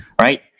right